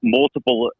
multiple